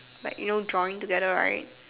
like you know joint together right